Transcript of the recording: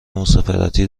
مسافرتی